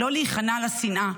לא להיכנע לשנאה,